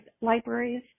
libraries